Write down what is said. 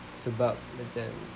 sebab macam